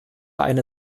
eine